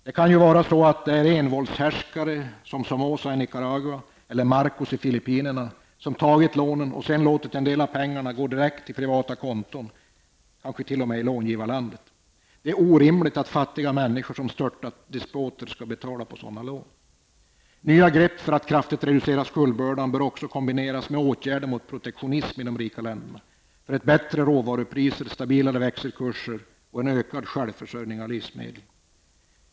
Det kan ju vara envåldshärskare som Somoza i Nicaragua eller Marcos i Filippinerna som har tagit upp lånen, men sedan låtit en del av pengarna gå direkt till privata konton, kanske t.o.m. i långivarlandet. Då är det orimligt att fattiga människor som störtat despoter skall betala på sådana lån. Nya grepp för att kraftigt reducera skuldbördan bör också kombineras med åtgärder mot protektionism i de rika länderna, för bättre råvarupriser och stabilare växelkurser och en ökad självförsörjning av livsmedel.